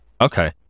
Okay